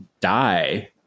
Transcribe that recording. die